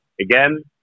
again